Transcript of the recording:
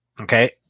okay